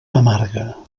amarga